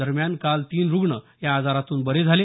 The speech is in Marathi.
दरम्यान काल तीन रुग्ण या आजारातून बरे झाले